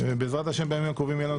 בעזרת השם בימים הקרובים יהיו לנו